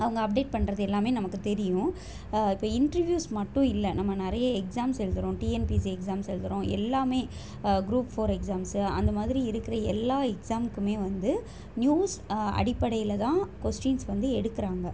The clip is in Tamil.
அவங்க அப்டேட் பண்ணுறது எல்லாமே நமக்கு தெரியும் இப்போ இன்ட்ரிவியூஸ் மட்டும் இல்லை நம்ம நிறைய எக்ஸாம்ஸ் எழுதுறோம் டிஎன்பிஎஸ்சி எக்ஸாம்ஸ் எழுதுறோம் எல்லாமே க்ரூப் ஃபோர் எக்ஸாம்ஸ்ஸு அந்தமாதிரி இருக்கிற எல்லா எக்ஸாம்க்குமே வந்து நியூஸ் அடிப்படையில்தான் கொஸ்டின்ஸ் வந்து எடுக்கிறாங்க